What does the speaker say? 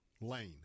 lane